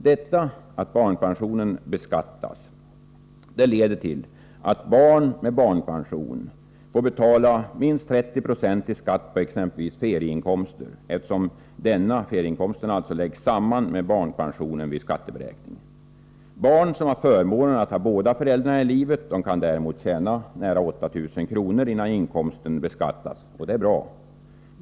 Detta förhållande leder till att barn med barnpension får betala minst 30 2 i skatt på exempelvis ferieinkomster, eftersom dessa vid skatteberäkningen läggs samman med barnpensionen. Barn som har förmånen att ha båda föräldrarna i livet kan däremot tjäna nära 8 000 kr. innan inkomsten beskattas, och det är bra.